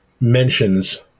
mentions